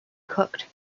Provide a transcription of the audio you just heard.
cooked